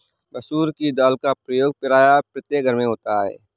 मसूर की दाल का प्रयोग प्रायः प्रत्येक घर में होता है